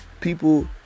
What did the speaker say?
people